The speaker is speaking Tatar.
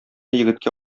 егеткә